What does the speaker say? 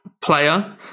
player